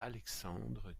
alexandre